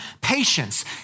patience